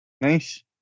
Nice